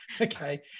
Okay